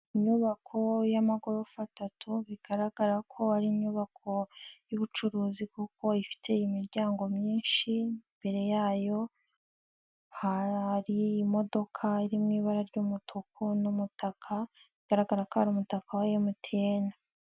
Inyubako y'amagorofa atatu, bigaragara ko ari inyubako y'ubucuruzi kuko ifite imiryango myinshi, imbere yayo hari imodokadoka, iri mu ibara ry'umutuku n'umutaka, bigaragara ko ari umutaka wa MTN.